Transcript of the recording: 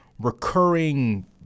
recurring